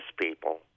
people